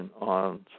on